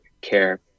care